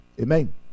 Amen